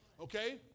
Okay